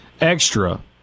extra